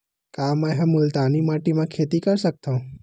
का मै ह मुल्तानी माटी म खेती कर सकथव?